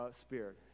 Spirit